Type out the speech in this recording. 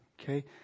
okay